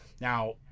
Now